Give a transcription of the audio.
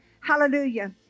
Hallelujah